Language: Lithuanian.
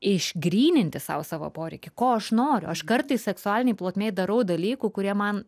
išgryninti sau savo poreikį ko aš noriu aš kartais seksualinėj plotmėj darau dalykų kurie man